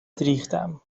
ریختم